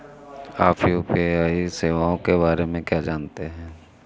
आप यू.पी.आई सेवाओं के बारे में क्या जानते हैं?